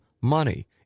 money